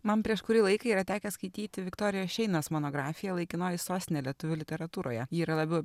man prieš kurį laiką yra tekę skaityti viktorijos šeinas monografiją laikinoji sostinė lietuvių literatūroje ji yra labiau